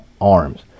arms